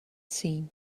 seen